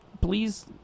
please